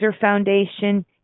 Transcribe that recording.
Foundation